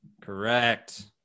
Correct